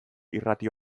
irrati